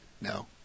No